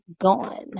gone